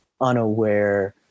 unaware